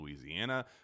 Louisiana